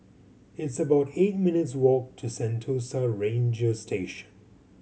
it's about eight minutes' walk to Sentosa Ranger Station